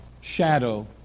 shadow